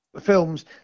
films